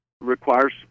requires